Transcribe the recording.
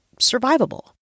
survivable